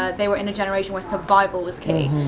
ah they were in a generation where survival was key.